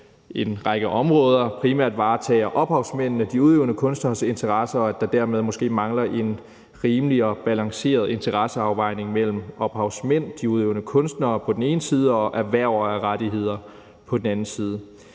en række områder primært varetager ophavsmændenes og de udøvende kunstneres interesser, og at der dermed måske mangler en rimelig og balanceret interesseafvejning mellem ophavsmænd og de udøvende kunstnere på den ene side og erhverver af rettigheder på den anden side.